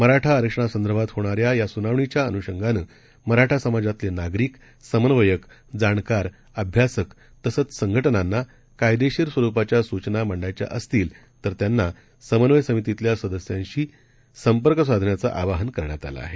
मराठाआरक्षणासंदर्भातहोणाऱ्यायास्नावणीच्याअन्षंगानेमराठासमाजातलेनागरिक समन्वयक जाणकार अभ्यासकतसंचसंघटनांनाकायदेशीरस्वरूपाच्यासूचनामांडायच्याअसतीलतरत्यांनासमन्वयस मितीतल्यासदस्यांशीसंपर्कसाधण्याचंआवाहनकरण्यातआलंआहे